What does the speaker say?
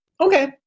Okay